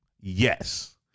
Yes